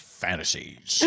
fantasies